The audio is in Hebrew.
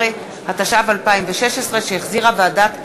13), התשע"ו 2016, שהחזירה ועדת העבודה,